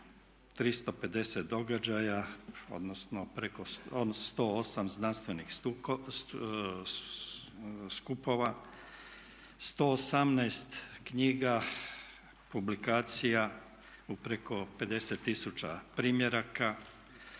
350 događaja, odnosno 108 znanstvenih skupova, 118 knjiga, publikacija u preko 50 tisuća primjeraka.